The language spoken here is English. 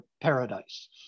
paradise